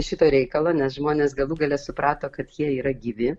šito reikalo nes žmonės galų gale suprato kad jie yra gyvi